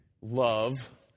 love